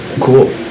cool